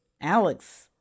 Alex